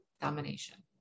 domination